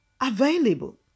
available